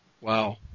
Wow